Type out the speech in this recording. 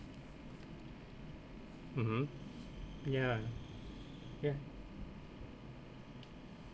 mmhmm ya ya